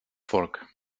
vork